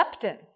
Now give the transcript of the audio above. leptin